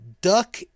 duck